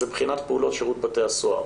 זה בחינת פעולות שירות בתי הסוהר.